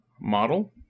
Model